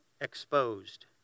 exposed